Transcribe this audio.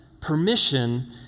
permission